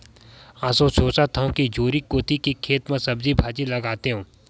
एसो सोचत हँव कि झोरी कोती के खेत म सब्जी भाजी लगातेंव